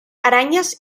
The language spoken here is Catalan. aranyes